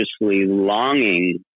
longing